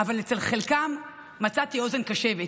אבל אצל חלקם מצאתי אוזן קשבת,